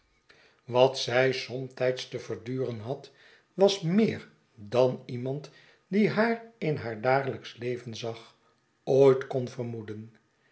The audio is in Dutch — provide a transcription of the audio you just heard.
wat zij somtijds te schetsen van boz verduren had was meer dan iemand die haar in haar dagelijksch leven zag ooit kon vermoeden